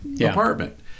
apartment